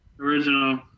Original